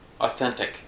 Authentic